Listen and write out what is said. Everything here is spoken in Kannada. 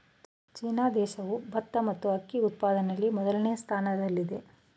ಚೀನಾ ದೇಶವು ಭತ್ತ ಮತ್ತು ಅಕ್ಕಿ ಉತ್ಪಾದನೆಯಲ್ಲಿ ಮೊದಲನೇ ಸ್ಥಾನದಲ್ಲಿದೆ